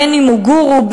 בין שהוא גורו,